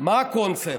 מה הקונספט?